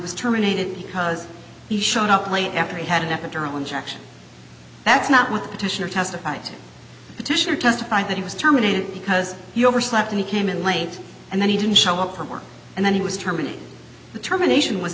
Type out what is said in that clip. was terminated because he showed up late every had an epidural injections that's not what the petitioner testified petitioner testified that he was terminated because he overslept and he came in late and then he didn't show up for work and then he was terminated the terminations was